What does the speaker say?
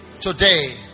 Today